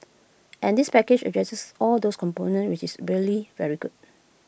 and this package addresses all those components which is really very good